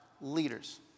leaders